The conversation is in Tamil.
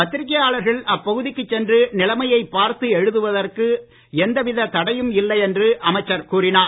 பத்திரிகையாளர்கள் அப்பகுதிக்குச் சென்று நிலமையைப் பார்த்து எழுதுவதற்கு எந்தவித தடையும் இல்லை என்று அமைச்சர் கூறினார்